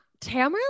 Tamra